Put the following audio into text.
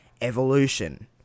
evolution